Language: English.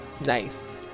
nice